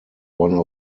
one